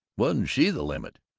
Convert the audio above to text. wasn't she the limit!